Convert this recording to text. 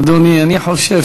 אדוני, אני חושב,